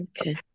okay